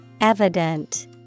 evident